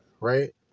right